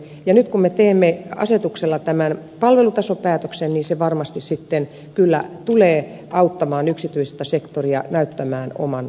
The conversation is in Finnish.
ja nyt kun me teemme asetuksella tämän palvelutasopäätöksen se varmasti sitten kyllä tulee auttamaan yksityistä sektoria näyttämään oman laatunsa